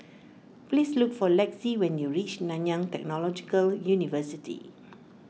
please look for Lexi when you reach Nanyang Technological University